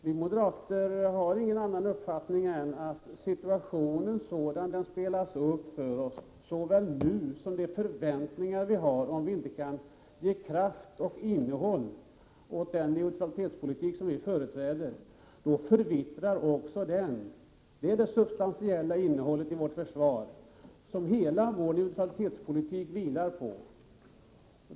Vi moderater har ingen annan uppfattning än att situationen är sådan den spelas upp för oss — såväl nu som med tanke på de förväntningar vi har. Om vi inte kan ge styrka och innehåll åt den neutralitetspolitik som vi företräder, förvittrar också den. Den är det substantiella innehåll som hela vår försvarspolitik vilar på.